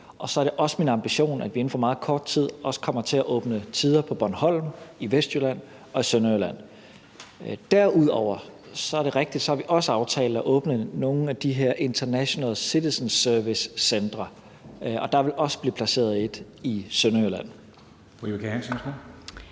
Og så er det også min ambition, at vi inden for meget kort tid også kommer til at åbne tider på Bornholm, i Vestjylland og i Sønderjylland. Derudover er det rigtigt, at vi også har aftalt at åbne nogle af de her international citizen service-centre, og der vil også blive placeret et i Sønderjylland.